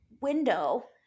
window